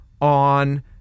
on